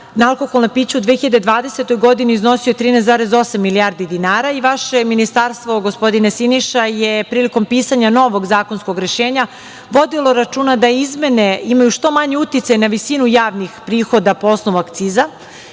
na alkoholna pića u 2020. godini iznosio je 13,8 milijardi dinara i vaše je ministarstvo, gospodine Siniša, prilikom pisanja novog zakonskog rešenja, vodilo računa da izmene imaju što manji uticaj na visinu javnih prihoda po osnovu akciza.